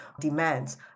demands